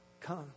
Come